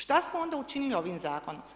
Što smo onda učinili ovim zakonom?